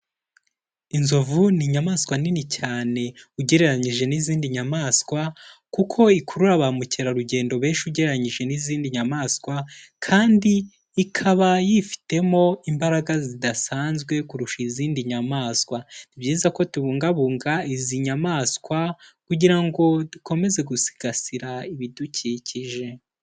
Inzovu ni inyamaswa nini cyane ugereranyije n'izindi nyamaswa kuko ikurura ba mukerarugendo benshi ugereranyije n'izindi nyamaswa kandi ikaba yifitemo imbaraga zidasanzwe kurusha izindi nyamaswa, ni byiza ko tubungabunga izi nyamaswa kugira ngo dukomeze gusigasira ibidukikije.